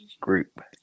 group